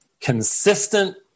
consistent